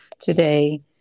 today